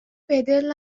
بدل